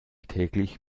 täglich